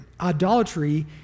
Idolatry